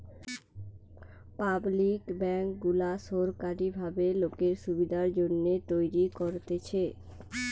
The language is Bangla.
পাবলিক বেঙ্ক গুলা সোরকারী ভাবে লোকের সুবিধার জন্যে তৈরী করতেছে